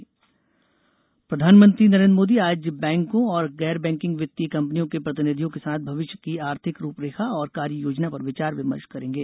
Modi bank प्रधानमंत्री नरेंद्र मोदी आज बैंकों और गैर बैंकिंग वित्तीय कंपनियों के प्रतिनिधियों के साथ भविष्य की आर्थिक रूपरेखा और कार्य योजना पर विचार विमर्श करेंगे